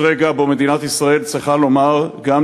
יש רגע שבו מדינת ישראל צריכה לומר גם